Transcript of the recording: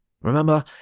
Remember